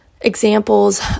examples